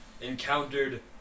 encountered